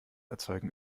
erzeugen